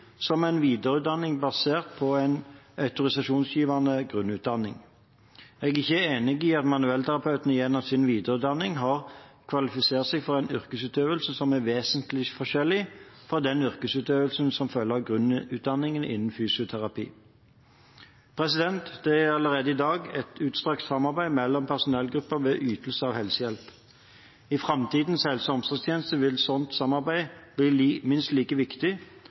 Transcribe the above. som en videreutdanning basert på en autorisasjonsgivende grunnutdanning. Jeg er ikke enig i at manuellterapeutene gjennom sin videreutdanning har kvalifisert seg for en yrkesutøvelse som er vesensforskjellig fra den yrkesutøvelsen som følger av grunnutdanningen innen fysioterapi. Det er allerede i dag et utstrakt samarbeid mellom personellgrupper ved ytelse av helsehjelp. I framtidens helse- og omsorgstjeneste vil slikt samarbeid bli minst like viktig,